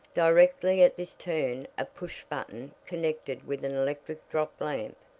directly at this turn a push-button connected with an electric drop lamp,